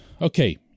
okay